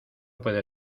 puede